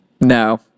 No